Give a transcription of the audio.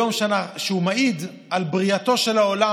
היום שמעיד על בריאתו של העולם,